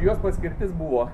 jos paskirtis buvo